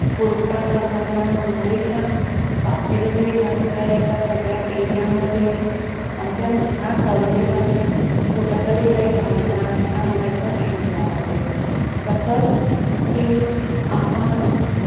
पुरवठा करणाऱ्या नळीच्या बाबतीचच हे घडतं आहे का सगळ्या एरियामध्ये आमच्या ह्या कॉलनीमध्ये कुठंतरी काही झालेलं आहे का मला याचा शोध लावणारे तसंच की आपण